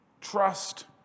Trust